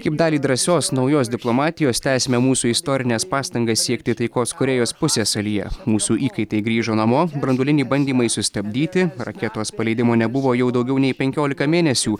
kaip dalį drąsios naujos diplomatijos tęsime mūsų istorines pastangas siekti taikos korėjos pusiasalyje mūsų įkaitai grįžo namo branduoliniai bandymai sustabdyti raketos paleidimo nebuvo jau daugiau nei penkiolika mėnesių